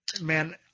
man